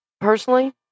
personally